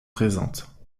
présentes